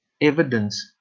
evidence